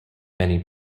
many